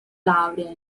laurea